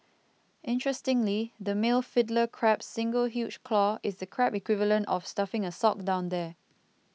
interestingly the male Fiddler Crab's single huge claw is the crab equivalent of stuffing a sock down there